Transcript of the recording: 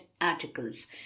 articles